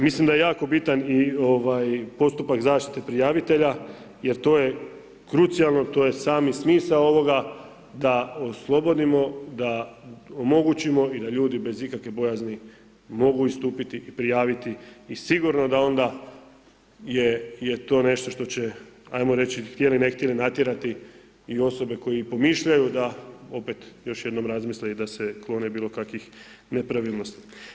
Mislim da je jako bitan i ovaj postupak zaštite prijavitelja jer to je krucijalno, to je sami smisao ovoga da oslobodimo, da omogućimo i da ljudi bez ikakve bojazni mogu istupiti i prijaviti i sigurno da onda je to nešto što će ajmo reći htjeli ne htjeli natjerati i osobe koji pomišljaju da opet još jednom razmisle i da se klone bilo kakvih nepravilnosti.